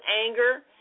anger